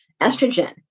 estrogen